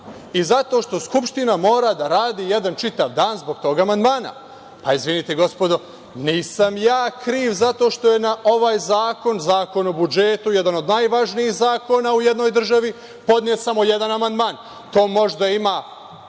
i zato što Skupština mora da radi jedan čitav dan zbog tog amandmana. Izvinite, gospodo, nisam ja kriv zato što je na ovaj zakon, Zakon o budžetu, jedan od najvažnijih zakona u jednoj državi, podnet samo jedan amandman. To možda ima